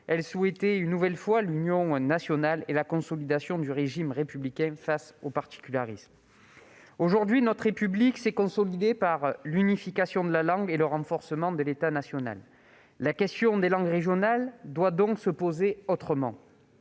elle souhaitait une nouvelle fois l'union nationale et la consolidation du régime républicain face aux particularismes. Aujourd'hui, notre République s'est consolidée par l'unification de la langue et le renforcement de l'État national. La question des langues régionales doit donc se poser autrement.